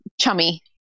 chummy